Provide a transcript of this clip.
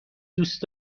دوست